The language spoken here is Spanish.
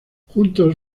juntos